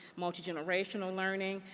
multigenerational learning,